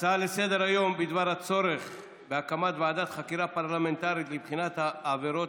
הצעה לסדר-היום בדבר הצורך בהקמת ועדת חקירה פרלמנטרית לבחינת העברות